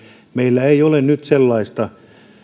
meillä ei ole sellaista